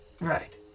Right